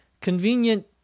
Convenient